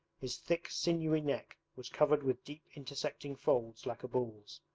his thick sinewy neck was covered with deep intersecting folds like a bull's.